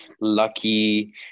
lucky